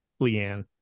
Leanne